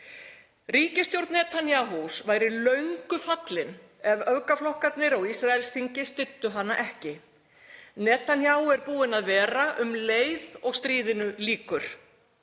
Ríkisstjórn Netanyahus væri löngu fallin ef öfgaflokkarnir á Ísraelsþingi styddu hana ekki. Netanyahu er búinn að vera um leið og stríðinu lýkur.